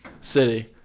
city